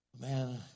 Man